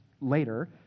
later